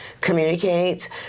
communicate